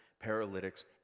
paralytics